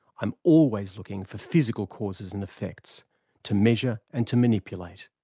i'm always looking for physical causes and effects to measure and to manipulate.